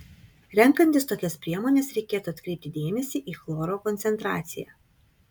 renkantis tokias priemones reikėtų atkreipti dėmesį į chloro koncentraciją